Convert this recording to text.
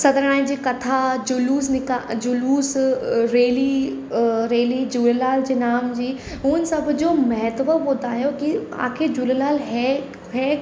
सतनारायण जी कथा जुलूस नि जुलूस रेली रेली झूलेलाल जे नाम जी उन सभु जो महत्व ॿुधायो की आख़िर झूलेलाल है है